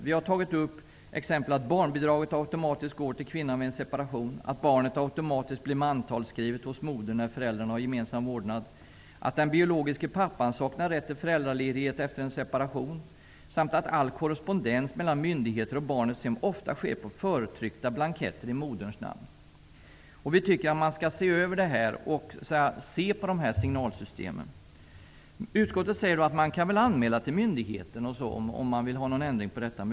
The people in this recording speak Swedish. Vi har exemplifierat med att t.ex. barnbidraget automatiskt går till kvinnan vid separation, att barnet automatiskt blir mantalsskrivet hos modern när föräldrarna har gemensam vårdnad, att den biologiske pappan saknar rätt till föräldraledighet efter en separation samt att all korrespondens mellan myndigheter och barnets hem ofta sker på förtryckta blanketter i moderns namn. Vi tycker att det är nödvändigt att se över dessa signalsystem. Utskottet anser att det går att anmäla till myndigheten om man önskar en ändring.